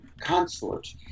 consort